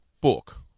book